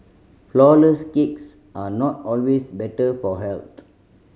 flourless cakes are not always better for health